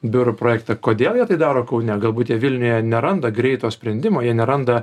biurų projektą kodėl jie tai daro kaune galbūt jie vilniuje neranda greito sprendimo jie neranda